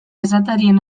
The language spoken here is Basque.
esatarien